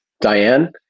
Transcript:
Diane